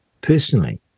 personally